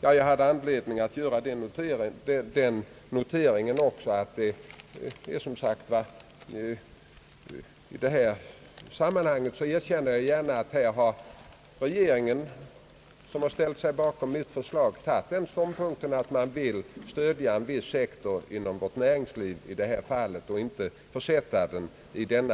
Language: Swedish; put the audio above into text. Ja, herr talman, jag hade anledning att göra den noteringen att regeringen, som har ställt sig bakom mitt förslag, har intagit den ståndpunkten att den vill stödja en viss sektor inom vårt näringsliv och inte försätta den i den